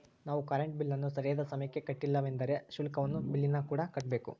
ನಾವು ಕರೆಂಟ್ ಬಿಲ್ಲನ್ನು ಸರಿಯಾದ ಸಮಯಕ್ಕೆ ಕಟ್ಟಲಿಲ್ಲವೆಂದರೆ ಶುಲ್ಕವನ್ನು ಬಿಲ್ಲಿನಕೂಡ ಕಟ್ಟಬೇಕು